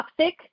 toxic